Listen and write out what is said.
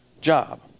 job